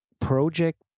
project